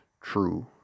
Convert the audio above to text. true